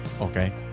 Okay